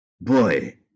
boy